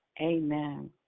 Amen